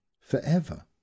forever